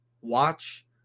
watch